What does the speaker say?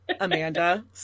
Amanda